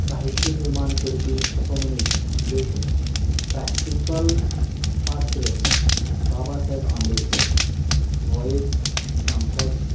साहित्य निर्माण करपी असो मनीस म्हणजेच प्रॅक्टिकल पात्र बाबा सायब आंबेडकर हो एक सामकोच